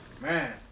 Man